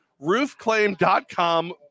roofclaim.com